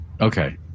okay